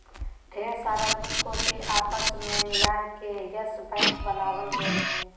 ढेर सा बैंको के आपस मे मिलाय के यस बैक बनावल गेलय हें